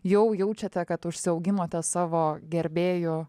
jau jaučiate kad užsiauginote savo gerbėjų